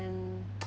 and